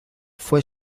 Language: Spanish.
fue